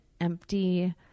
empty